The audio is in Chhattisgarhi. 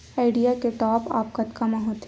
आईडिया के टॉप आप कतका म होथे?